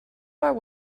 are